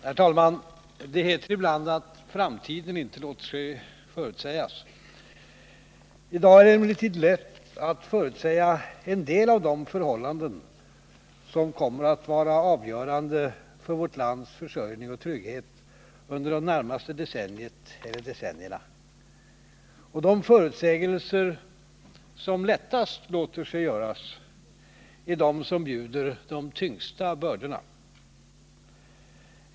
Herr talman! Det heter ibland att framtiden inte låter sig förutsägas. I dag är det emellertid lätt att förutsäga en del av de förhållanden som kommer att vara avgörande för vårt lands försörjning och trygghet under det närmaste decenniet eller decennierna. Och de förutsägelser som lättast låter sig göras är de som bjuder de tyngsta bördorna.